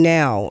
now